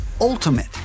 ultimate